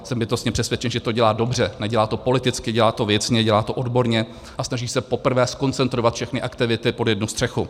Jsem bytostně přesvědčen, že to dělá dobře, nedělá to politicky, dělá to věcně, dělá to odborně a snaží se poprvé zkoncentrovat všechny aktivity pod jednu střechu.